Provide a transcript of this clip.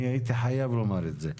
אני הייתי חייב לומר את זה.